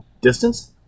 Distance